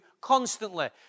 constantly